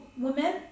women